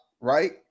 right